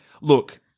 Look